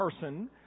person